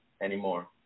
anymore